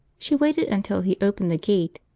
she waited until he opened the gate,